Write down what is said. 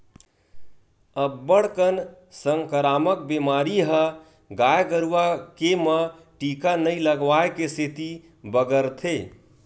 अब्बड़ कन संकरामक बेमारी ह गाय गरुवा के म टीका नइ लगवाए के सेती बगरथे